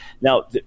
Now